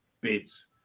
bids